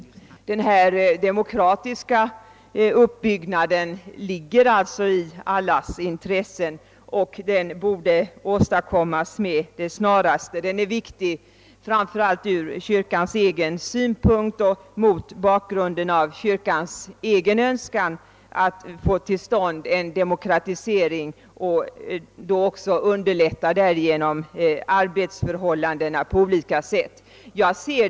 Den demokratiska uppbyggnaden ligger alltså i allas intresse, och den borde åstadkommas med det snaraste. Den är framför allt viktig ur kyrkans egen synvinkel och mot bakgrunden av kyrkans önskan att få till stånd en demokratisering och en förbättring av arbetsförhållandena på olika sätt.